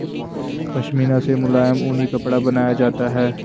पशमीना से मुलायम ऊनी कपड़ा बनाया जाता है